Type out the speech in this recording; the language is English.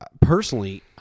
personally